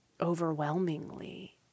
overwhelmingly